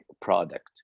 product